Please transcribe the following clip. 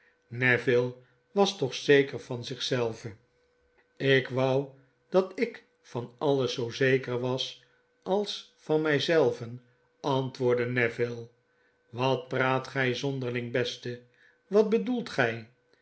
neville was toch zeker van zich zelven ik wou dat ik van alles zoo zeker was als van my zelven antwoordde neville wat praat gij zonderling beste wat bedoelt gjj